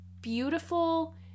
beautiful